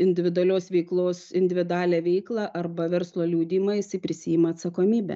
individualios veiklos individualią veiklą arba verslo liudijimą jisai prisiima atsakomybę